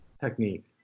Technique